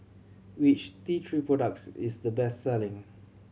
which T Three products is the best selling